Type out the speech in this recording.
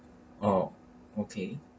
oh okay